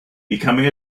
becoming